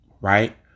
right